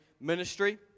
ministry